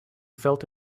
felt